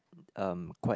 um quite